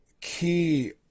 key